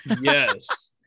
yes